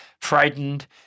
frightened